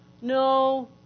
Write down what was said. No